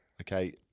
Okay